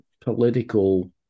political